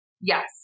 Yes